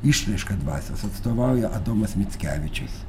išraišką dvasios atstovauja adomas mickevičius